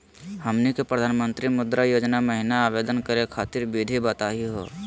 हमनी के प्रधानमंत्री मुद्रा योजना महिना आवेदन करे खातीर विधि बताही हो?